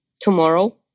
tomorrow